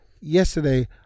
yesterday